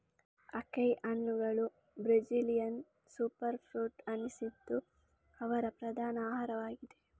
acai ಹಣ್ಣುಗಳು Brazilian super fruit ಅನಿಸಿದ್ದು ಅವರ ಪ್ರಧಾನ ಆಹಾರವಾಗಿದೆ